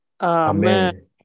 amen